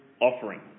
offering